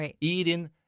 eating